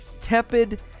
Tepid